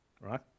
right